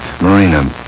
Marina